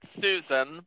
Susan